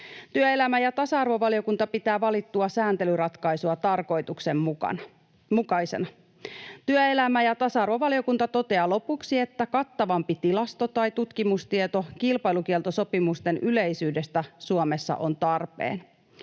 Työelämä‑ ja tasa-arvovaliokunta pitää valittua sääntelyratkaisua tarkoituksenmukaisena. Työelämä‑ ja tasa-arvovaliokunta toteaa lopuksi, että kattavampi tilasto‑ tai tutkimustieto kilpailukieltosopimusten yleisyydestä Suomessa on tarpeen.